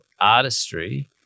artistry